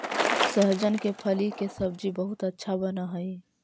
सहजन के फली के सब्जी बहुत अच्छा बनऽ हई